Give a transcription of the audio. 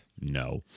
No